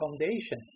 foundation